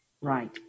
Right